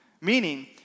Meaning